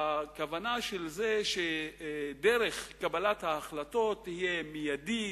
הכוונה של זה היא שדרך קבלת ההחלטות תהיה מיידית,